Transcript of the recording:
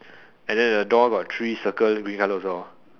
and then the door got three circles green colour also